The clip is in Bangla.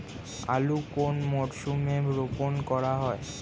আলু কোন মরশুমে রোপণ করা হয়?